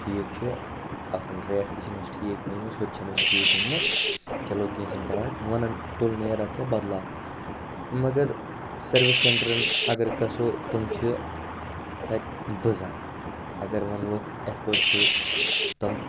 ٹھیٖک چھُ اَصٕل ریٹ تہِ چھِنَس ٹھیٖک ؤنمٕژ ہُتہِ چھُنَس ٹھیٖک ووٚنمُت چلو کیٚنٛہہ چھُ نہٕ پَرواے وَنان تُل نیر اَدٕ کیٛاہ بدلاو مگر سٔروِس سیٚنٛٹَرَن اگر گَژھو تِم چھِ تَتہِ بُزان اَگَر وَنہوکھ یِتھٕ پٲٹھۍ چھِ تِم